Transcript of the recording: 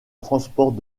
transport